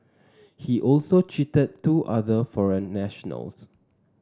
he also cheated two other foreign nationals